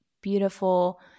beautiful